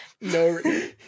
no